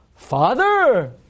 Father